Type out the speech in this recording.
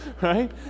right